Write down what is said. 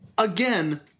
Again